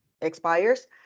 expires